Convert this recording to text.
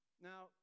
Now